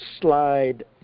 slide